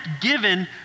given